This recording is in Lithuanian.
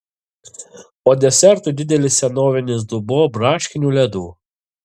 o desertui didelis senovinis dubuo braškinių ledų